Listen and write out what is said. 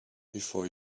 before